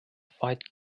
fight